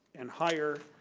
and higher,